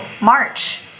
March